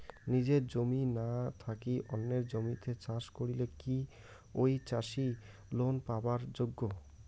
নিজের জমি না থাকি অন্যের জমিত চাষ করিলে কি ঐ চাষী লোন পাবার যোগ্য?